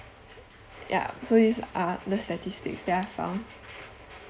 yeah so use uh the statistics there for